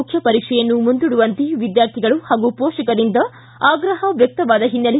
ಮುಖ್ಯ ಪರೀಕ್ಷೆಯನ್ನು ಮುಂದೂಡುವಂತೆ ವಿದ್ಯಾರ್ಥಿಗಳು ಹಾಗೂ ಪೋಷಕರಿಂದ ಆಗ್ರಹ ವ್ಯಕ್ತವಾದ ಹಿನ್ನೆಲೆ